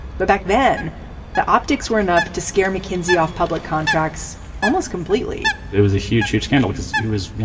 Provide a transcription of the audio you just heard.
but back then the optics were enough to scare mckinsey off public contracts almost completely there was a huge, huge scandal because it was you know,